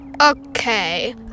Okay